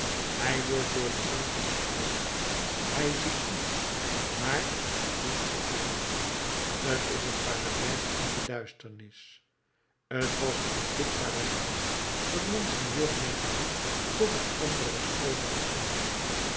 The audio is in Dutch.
hij wordt door de ziel geliefkoosd hij ziet niets maar gevoelt zich bemind t is een paradijs in de duisternis t was uit dit paradijs dat monseigneur bienvenu tot het andere was overgegaan